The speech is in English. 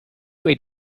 wait